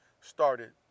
started